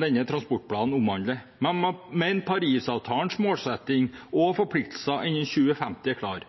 denne transportplanen omhandler, innen neste tolvårsperiode. Men Parisavtalens målsetting og forpliktelser innen 2050 er klare.